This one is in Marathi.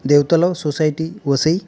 देवतलाव सोसायटी वसई